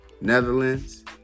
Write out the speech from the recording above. Netherlands